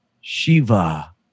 Shiva